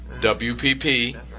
WPP